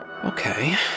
Okay